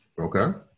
Okay